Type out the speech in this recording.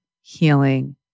healing